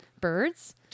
birds